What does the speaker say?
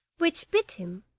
which bit him,